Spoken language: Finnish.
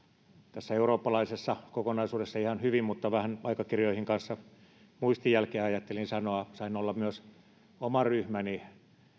tässä eurooppalaisessa kokonaisuudessa ihan hyvin mutta vähän aikakirjoihin kanssa muistijälkeä ajattelin sanoa sain olla myös oman ryhmäni